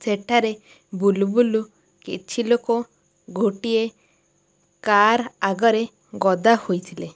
ସେଠାରେ ବୁଲୁବୁଲୁ କିଛି ଲୋକ ଗୋଟିଏ କାର୍ ଆଗରେ ଗଦା ହୋଇଥିଲେ